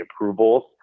approvals